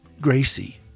Gracie